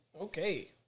Okay